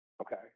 Okay